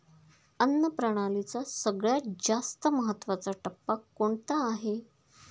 अन्न प्रणालीचा सगळ्यात जास्त महत्वाचा टप्पा कोणता आहे?